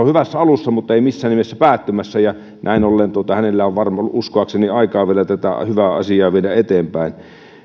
hyvässä alussa mutta ei missään nimessä päättymässä näin ollen hänellä on uskoakseni aikaa vielä tätä hyvää asiaa viedä eteenpäin